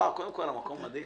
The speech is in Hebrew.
וואו, קודם כול המקום מדהים,